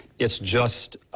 it's just,